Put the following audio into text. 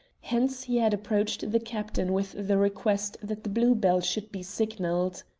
hence he had approached the captain with the request that the blue-bell should be signalled.